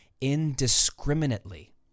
indiscriminately